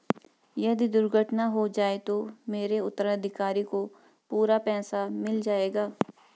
यदि दुर्घटना हो जाये तो मेरे उत्तराधिकारी को पूरा पैसा मिल जाएगा?